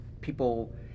people